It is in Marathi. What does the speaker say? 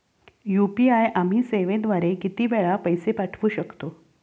यू.पी.आय आम्ही सेवेद्वारे किती वेळा पैसे पाठवू शकतो?